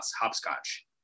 Hopscotch